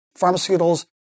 pharmaceuticals